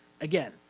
Again